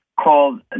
called